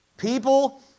People